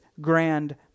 grand